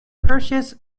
purchase